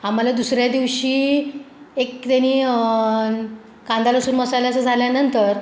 आम्हाला दुसऱ्या दिवशी एक त्यांनी कांदा लसूण मसाल्याचं झाल्यानंतर